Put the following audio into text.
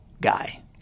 guy